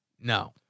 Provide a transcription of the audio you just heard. No